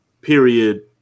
Period